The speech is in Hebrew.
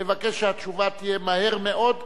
לבקש שהתשובה תהיה מהר מאוד,